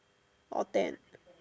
or ten